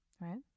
right